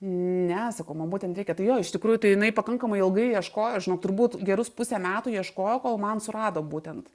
ne sakau man būtent reikia tai jo iš tikrųjų tai jinai pakankamai ilgai ieškojo žinok turbūt gerus pusę metų ieškojo kol man surado būtent